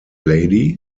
lady